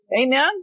Amen